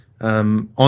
On